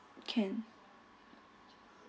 can